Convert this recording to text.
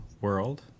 world